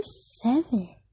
seven